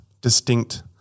distinct